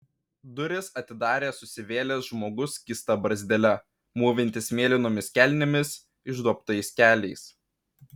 duris atidarė susivėlęs žmogus skysta barzdele mūvintis mėlynomis kelnėmis išduobtais keliais